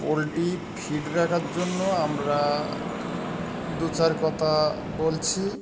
poultry fit রাখার জন্য আমরা দু চার কথা বলছি